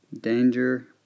Danger